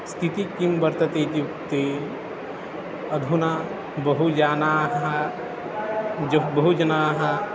स्थितिः किं वर्तते इत्युक्ते अधुना बहवः जनाः जनाः बहवः जनाः